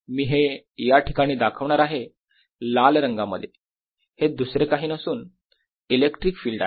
मी हे या ठिकाणी दाखवणार आहे लाल रंगांमध्ये हे दुसरे काही नसून इलेक्ट्रिक फील्ड आहे